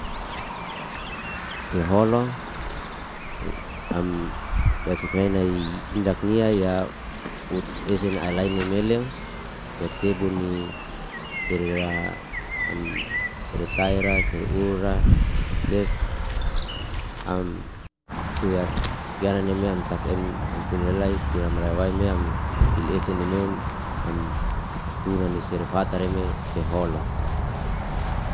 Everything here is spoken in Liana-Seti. Siholu am yaki fainai dindaknia ya ut esen alayni meleo ya tebunni sera am serataira se ura sef, am tuyak yanannime am tak'em, antulelai ti am ra'aiwai meam, hil esele meun, am hurani si rifata reme si holo.